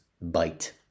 bite